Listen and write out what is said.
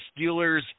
Steelers